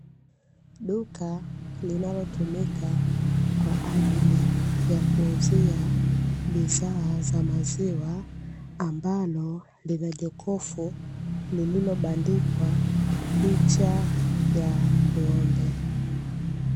Duka linalotumika kwa ajili ya kuuzia bidhaa za maziwa, ambalo lina jokofu lililobandikwa picha ya ng'ombe.